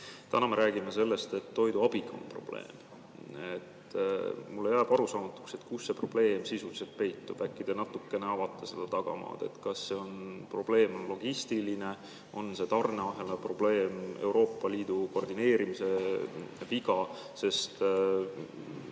Täna me räägime sellest, et toiduabiga on probleem. Mulle jääb arusaamatuks, kus see probleem sisuliselt peitub. Äkki te natuke avate seda tagamaad? Kas see probleem on logistiline, on see tarneahela probleem, Euroopa Liidu koordineerimise viga? Sest